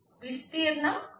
విస్తీర్ణం W2 అవుతుంది